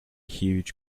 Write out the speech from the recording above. huge